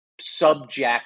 subject